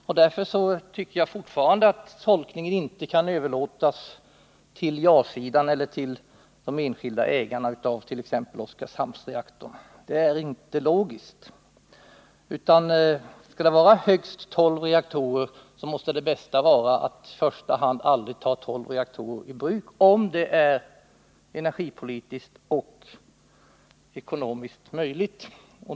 Mot den här bakgrunden tycker jag att tolkningen inte kan överlåtas på ja-sidan eller på de enskilda ägarna, exempelvis ägarna till den tredje Oskarshamnsreaktorn. Det är inte logiskt. Skall vi ha högst tolv reaktorer, så måste det bästa vara att först och främst se till att vi aldrig tar tolv reaktorer i bruk. Åtminstone borde detta vara utgångspunkten under förutsättning att det är energipolitiskt och ekonomiskt möjligt.